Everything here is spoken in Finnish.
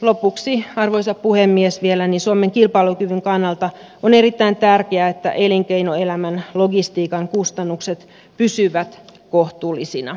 lopuksi vielä arvoisa puhemies suomen kilpailukyvyn kannalta on erittäin tärkeää että elinkeinoelämän logistiikan kustannukset pysyvät kohtuullisina